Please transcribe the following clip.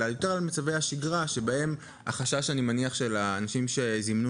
אלא יותר על מצבי השגרה בהם החשש של האנשים שזימנו